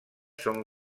són